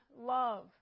love